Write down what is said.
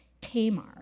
Tamar